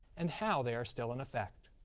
and how they are still in effect.